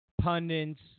pundits